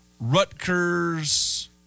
Rutgers